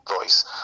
voice